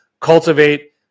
cultivate